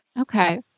Okay